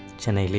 chennai.